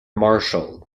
marshall